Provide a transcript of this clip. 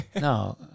No